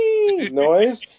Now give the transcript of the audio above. noise